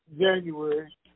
January